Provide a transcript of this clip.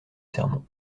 sermon